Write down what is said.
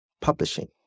publishing